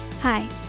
Hi